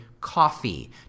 coffee